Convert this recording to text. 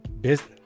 Business